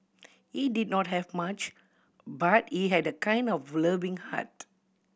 he did not have much but he had a kind and loving heart